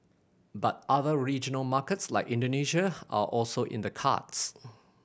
but other regional markets like Indonesia are also in the cards